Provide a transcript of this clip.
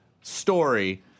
story